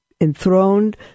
enthroned